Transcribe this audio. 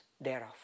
thereof